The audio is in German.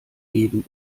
geben